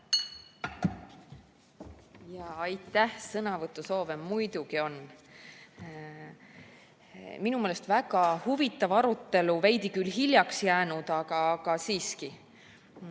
lisaminutit. Sõnavõtusoove muidugi on! Minu meelest väga huvitav arutelu! Veidi küll hiljaks jäänud, aga siiski.